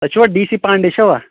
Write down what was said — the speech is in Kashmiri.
تۄہہِ چھوا ڈی سی پانٛڈے چھوا